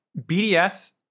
BDS